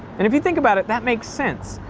and if you think about it, that makes sense,